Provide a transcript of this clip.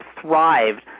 thrived